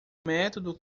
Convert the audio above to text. método